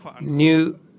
new